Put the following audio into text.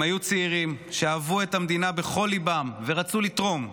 הם היו צעירים שאהבו את המדינה בכל ליבם ורצו לתרום.